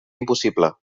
impossible